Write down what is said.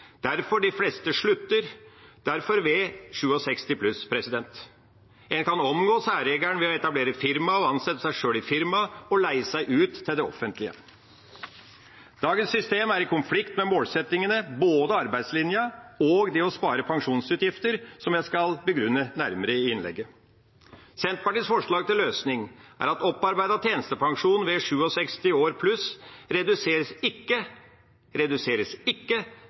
derfor de fleste slutter ved 67 år. En kan omgå særregelen ved å etablere et firma, ansette seg sjøl i firmaet og leie seg ut til det offentlige. Dagens system er i konflikt med både målsettingen om arbeidslinja og målsettingen om å spare pensjonsutgifter, som jeg skal begrunne nærmere i innlegget. Senterpartiets forslag til løsning er at opparbeidet tjenestepensjon ikke reduseres